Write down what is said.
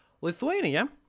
Lithuania